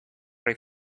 ray